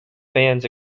fans